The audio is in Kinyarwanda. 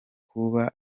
kuba